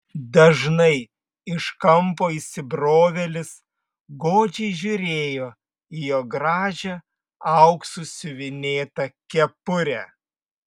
dažnai iš kampo įsibrovėlis godžiai žiūrėjo į jo gražią auksu siuvinėtą kepurę